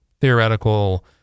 theoretical